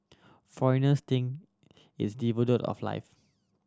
foreigners think it's devoid of life